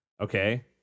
Okay